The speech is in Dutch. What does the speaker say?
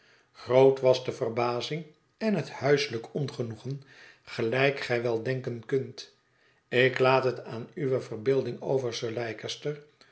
groot was de verbazing en het huiselijk ongenoegen gelijkgij wel denken kunt ik laathet aan uwe verbeelding over sir